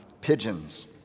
pigeons